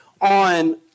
on